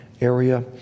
area